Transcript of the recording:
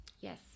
Yes